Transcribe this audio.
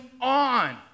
on